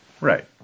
Right